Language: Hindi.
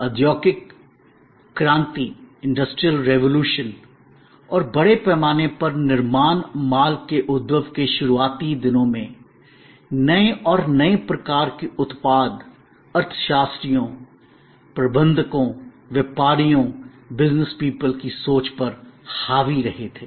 औद्योगिक क्रांति इंडस्ट्रियल रेवोलुशन Industrial revolution और बड़े पैमाने पर निर्माण माल के उद्भव के शुरुआती दिनों में नए और नए प्रकार के उत्पाद अर्थशास्त्रियोंएकनॉमिस्ट्स Economists प्रबंधकों मैनेजर Managers व्यापारियोंबसिनेस पीपल Business people की सोच पर हावी रहे थे